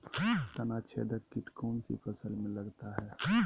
तनाछेदक किट कौन सी फसल में लगता है?